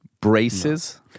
Braces